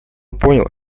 понял